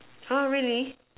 !huh! really